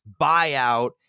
buyout